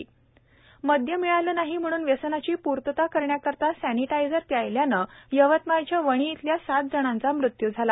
यवतमाळ दारू मिळाली नाही म्हणून व्यसनाची पूर्तता करण्याकरता सॅनिटायझर पिल्यानं यवतमाळच्या वणी इथल्या सात जणांचा मृत्यू झाला